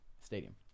stadium